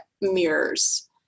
mirrors